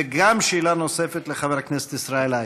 וגם שאלה נוספת לחבר הכנסת ישראל אייכלר.